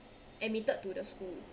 admitted to the school